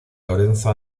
lorenzo